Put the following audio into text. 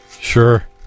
Sure